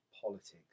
politics